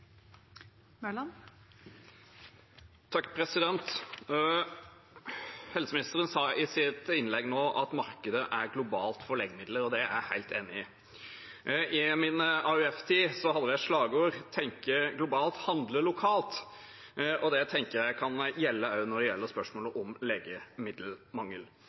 blir replikkordskifte. Helseministeren sa i sitt innlegg nå at markedet for legemidler er globalt, og det er jeg helt enig i. I min AUF-tid hadde vi et slagord, tenke globalt og handle lokalt, og det tenker jeg kan gjelde også når det gjelder spørsmålet om legemiddelmangel.